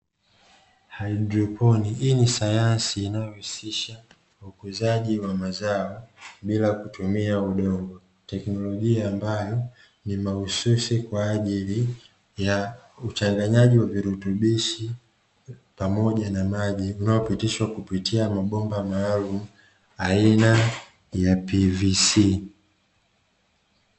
Haidroponi, hii ni sayansi inayohusisha ukuzaji wa mazao bila kutumia udongo, teknolojia ambayo ni mahususi kwa ajili ya uchanganyaji wa virutubishi pamoja na maji unaopitishwa kupitia mabomba maalumu aina ya ''p v c''.